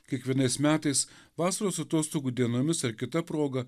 kiekvienais metais vasaros atostogų dienomis ar kita proga